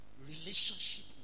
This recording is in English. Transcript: relationship